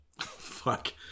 Fuck